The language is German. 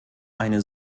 eine